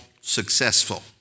successful